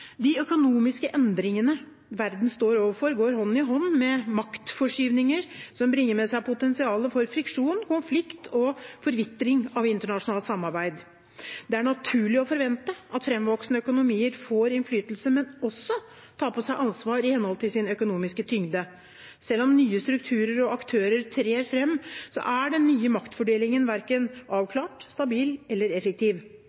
De økonomiske endringene verden står overfor, går hånd i hånd med maktforskyvninger som bringer med seg potensial for friksjon, konflikt og forvitring av internasjonalt samarbeid. Det er naturlig å forvente at framvoksende økonomier får innflytelse, men også tar på seg ansvar i henhold til sin økonomiske tyngde. Selv om nye strukturer og aktører trer fram, er den nye maktfordelingen verken